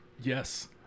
Yes